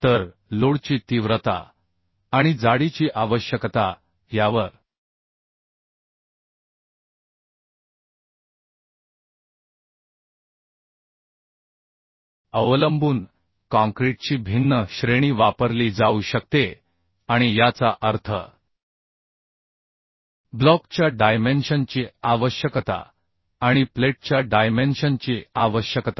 तर लोडची तीव्रता आणि जाडीची आवश्यकता यावर अवलंबून काँक्रीटची भिन्न श्रेणी वापरली जाऊ शकते आणि याचा अर्थ ब्लॉकच्या डायमेन्शनची आवश्यकता आणि प्लेटच्या डायमेन्शनची आवश्यकता